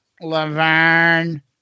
Laverne